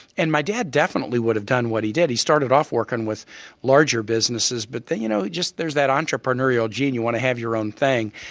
and my dad definitely would have done what he did. he started off working with larger businesses, but then you know, there's that entrepreneurial gene, you want to have your own thing.